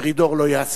מרידור לא יהסס.